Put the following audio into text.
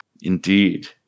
Indeed